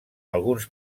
alguns